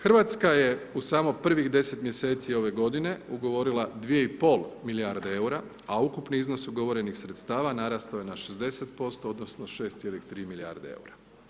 Hrvatska je u samo prvih 10 mjeseci ove godine ugovorila 2,5 milijarde eura a ukupni iznos ugovorenih sredstava narastao je na 60% odnosno 6,3 milijarde eura.